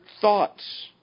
thoughts